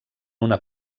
una